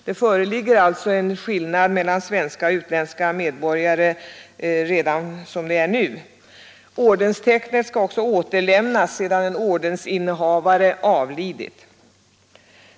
Det föreligger alltså en skillnad mellan svenska och utländska medborgare redan som det är i nuläget. Ordenstecknet skall också återlämnas sedan en ordensinnehavare avlidit.